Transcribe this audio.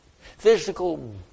Physical